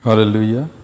Hallelujah